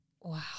Wow